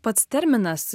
pats terminas